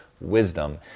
wisdom